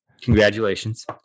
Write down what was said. congratulations